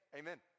amen